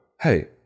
hey